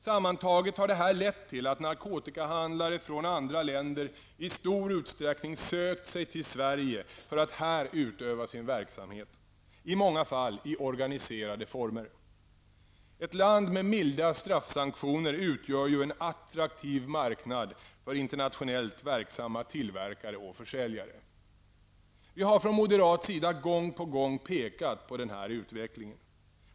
Sammantaget har detta lett till att narkotikahandlare från andra länder i stor utsträckning sökt sig till Sverige för att här utöva sin verksamhet -- i många fall i organiserade former. Ett land med milda straffsanktioner utgör ju en attraktiv marknad för internationellt verksamma tillverkare och försäljare. Vi har från moderat sida gång på gång pekat på den här utvecklingen.